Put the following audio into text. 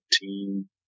team